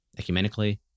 ecumenically